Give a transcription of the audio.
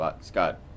Scott